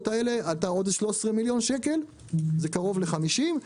האלה היה עוד 13 מיליון שקל שזה קרוב ל-50,